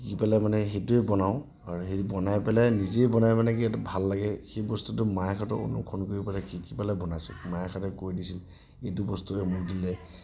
শিকি পেলাই মানে সেইটোৱে বনাওঁ আৰু হেৰি বনাই পেলাই নিজেই বনাই মানে কি ভাল লাগে সেই বস্তুটো মাহঁতক অনুসৰণ কৰি পেলাই শিকি পেলাই বনাইছোঁ মাকহঁতে কৈ দিছিল কিন্তু এইটো বস্তুয়ে অমুক দিলে